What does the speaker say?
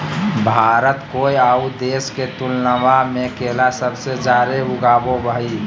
भारत कोय आउ देश के तुलनबा में केला सबसे जाड़े उगाबो हइ